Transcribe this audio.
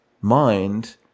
mind